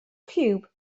ciwb